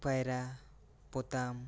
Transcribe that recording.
ᱯᱟᱭᱨᱟ ᱯᱚᱛᱟᱢ